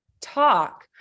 talk